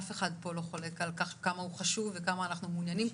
אף אחד פה לא חולק על כמה הוא חשוב וכמה אנחנו מעוניינים,